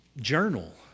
journal